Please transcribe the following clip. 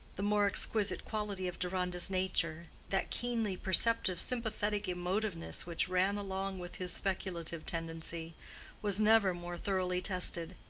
the more exquisite quality of deronda's nature that keenly perceptive sympathetic emotiveness which ran along with his speculative tendency was never more thoroughly tested.